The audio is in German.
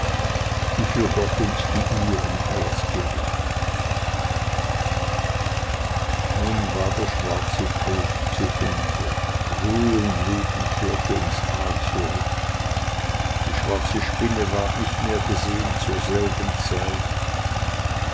die für gott und die ihren alles gewagt nun war der schwarze tod zu ende ruhe und leben kehrte ins tal zurück die schwarze spinne ward nicht mehr gesehen zur selben zeit